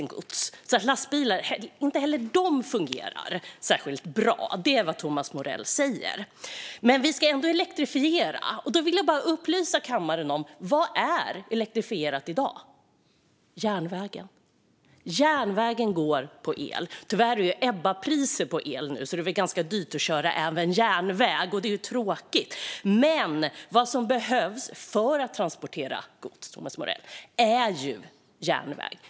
Inte heller lastbilarna fungerar alltså särskilt bra. Det är vad Thomas Morell säger. Men vi ska ändå elektrifiera. Då vill jag bara upplysa kammaren om vad som är elektrifierat i dag: järnvägen. Järnvägen går på el. Tyvärr är det Ebbapriser på el nu, så det är väl ganska dyrt att köra även järnväg. Det är tråkigt, men vad som behövs för att transportera gods, Thomas Morell, är järnväg.